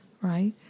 right